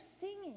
singing